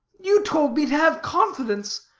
you told me to have confidence,